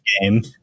game